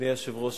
אדוני היושב-ראש,